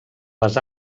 les